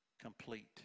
complete